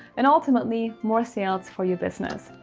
and ultimately more sales for your business.